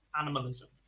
animalism